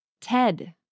Ted